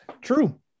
True